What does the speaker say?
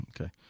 Okay